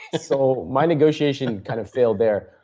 so, my negotiation kind of failed there.